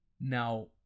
Now